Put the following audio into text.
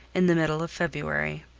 in the middle of february.